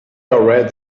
already